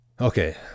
Okay